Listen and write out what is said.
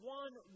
one